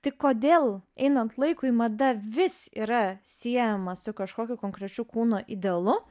tai kodėl einant laikui mada vis yra siejama su kažkokiu konkrečiu kūno idealu